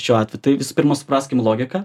šiuo atveju tai visų pirma supraskim logiką